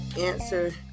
answer